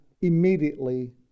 immediately